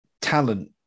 talent